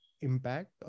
impact